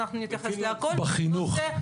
הוחלט עקב רצון של באמת לדבר מהזום,